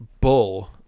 bull